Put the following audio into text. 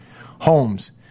homes